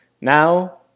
Now